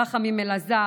רחמים אלעזר,